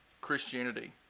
Christianity